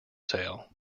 sale